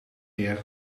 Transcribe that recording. weer